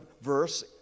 verse